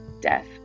death